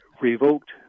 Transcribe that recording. revoked